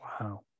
Wow